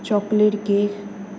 chocolate cake